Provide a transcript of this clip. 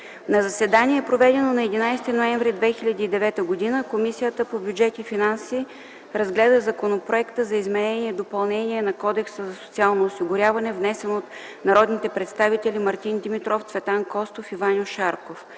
На заседание, проведено на 11 ноември 2009 г., Комисията по бюджет и финанси разгледа Законопроекта за изменение и допълнение на Кодекса за социално осигуряване, внесен от народните представители Мартин Димитров, Цветан Костов и Ваньо Шарков.